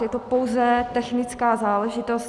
Je to pouze technická záležitost.